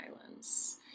Islands